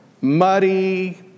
muddy